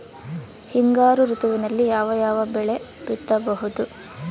ಹಿಂಗಾರು ಋತುವಿನಲ್ಲಿ ಯಾವ ಯಾವ ಬೆಳೆ ಬಿತ್ತಬಹುದು?